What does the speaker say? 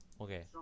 Okay